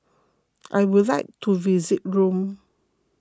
I would like to visit Rome